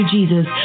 Jesus